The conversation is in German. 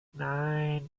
nein